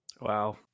Wow